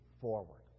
forward